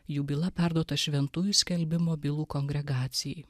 jų byla perduota šventųjų skelbimo bylų kongregacijai